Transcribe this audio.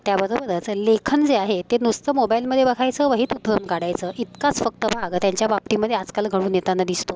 त्याबरोबरच लेखन जे आहे ते नुसतं मोबाईलमध्ये बघायचं वहीत उतरवून काढायचं इतकाच फक्त भाग त्यांच्या बाबतीमध्ये आजकाल घडून येताना दिसतो